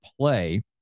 play